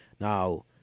Now